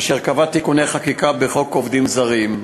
אשר קבע תיקוני חקיקה בחוק עובדים זרים,